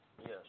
Yes